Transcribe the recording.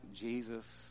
Jesus